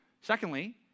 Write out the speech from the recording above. Secondly